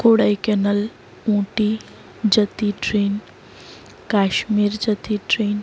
Kodai canal Ooty જતી train Kashmir જતી train